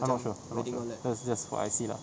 I'm not sure I'm not sure that's just what I see lah